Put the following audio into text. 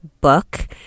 book